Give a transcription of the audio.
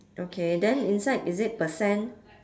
okay then inside is it percent